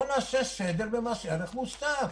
אז בואו נעשה סדר במס ערך מוסף.